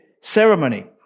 ceremony